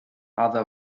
other